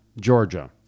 Georgia